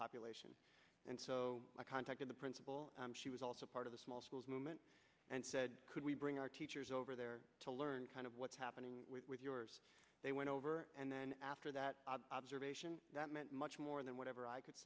population and so i contacted the principal she was also part of a small school's movement and said could we bring our teachers over there to learn kind of what's happening they went over and then after that observation that meant much more than whatever i could